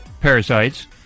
parasites